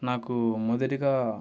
నాకు మొదటిగా